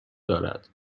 دارد